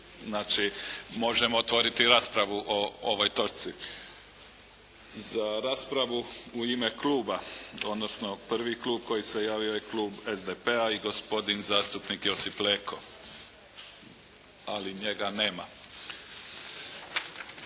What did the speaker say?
Znači možemo otvoriti raspravu o ovoj točci. Za raspravu u ime kluba odnosno prvi klub koji se javio je klub SDP-a i gospodin zastupnik Josip Leko. Njega nema.